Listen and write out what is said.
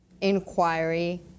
inquiry